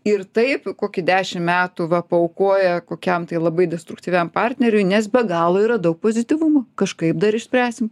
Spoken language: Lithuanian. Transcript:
ir taip kokį dešim metų va paaukoja kokiam tai labai destruktyviam partneriui nes be galo yra daug pozityvumo kažkaip dar išspręsim